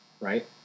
right